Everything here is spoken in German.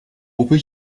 lupe